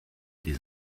des